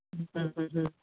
ह हं हं